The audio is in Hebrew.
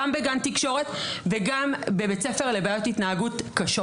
גם בגן תקשורת וגם בבית ספר לבעיות התנהגות קשות.